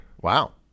Wow